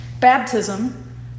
Baptism